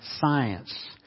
science